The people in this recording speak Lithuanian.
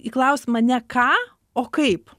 į klausimą ne ką o kaip